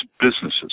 businesses